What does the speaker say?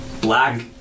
Black